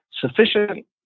sufficient